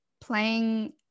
playing